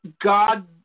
God